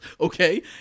Okay